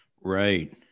right